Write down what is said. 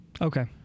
Okay